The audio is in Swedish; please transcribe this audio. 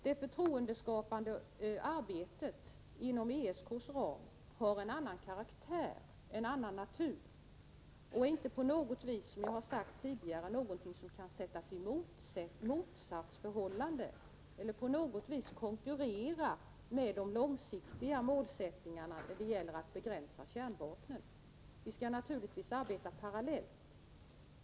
Det förtroendeskapande arbetet inom ESK:s ram har en annan karaktär, en annan natur, och är, som jag sade tidigare, inte någonting som på något vis kan sägas befinna sig i ett motsatsförhållande eller i konkurrens med de långsiktiga målen när det gäller att begränsa användningen av kärnvapen. Vi skall naturligtvis arbeta parallellt.